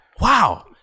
Wow